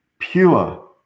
Pure